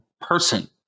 person